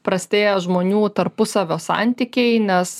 prastėja žmonių tarpusavio santykiai nes